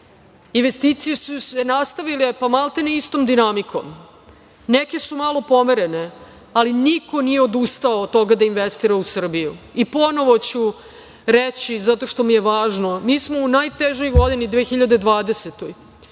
odustali. Investicije su se nastavile maltene istom dinamikom. Neke su malo pomerene, ali niko nije odustao od toga da investira u Srbiju. I, ponovo ću reći zato što mi je važno, mi smo u najtežoj godini 2020.